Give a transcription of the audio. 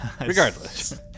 regardless